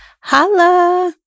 Holla